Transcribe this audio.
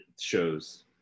shows